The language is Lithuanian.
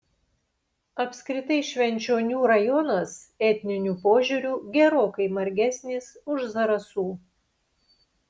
apskritai švenčionių rajonas etniniu požiūriu gerokai margesnis už zarasų